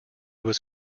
was